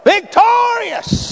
Victorious